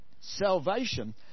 Salvation